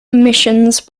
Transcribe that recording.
emissions